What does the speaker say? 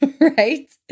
right